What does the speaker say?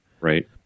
right